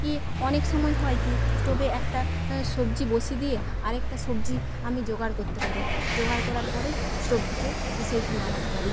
কী অনেক সময় হয় কী স্টোভে একটা সবজি বসিয়ে দিয়ে আরেকটা সবজি আমি জোগাড় কোত্তে পারি জোগাড় করার পরে স্টোভ থেকে সেইটি নামাতে পারি